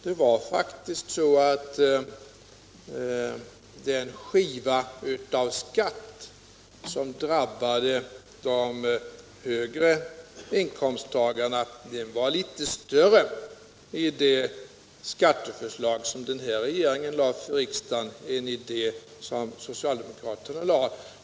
Det var faktiskt så att den skiva av skatt som drabbade de högre inkomsttagarna var litet större i det skatteförslag som den här regeringen lade fram för riksdagen än i det som socialdemokraterna lade.